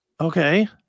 Okay